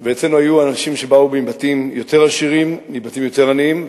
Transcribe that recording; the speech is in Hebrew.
ואצלנו היו אנשים שבאו מבתים יותר עשירים ומבתים יותר עניים,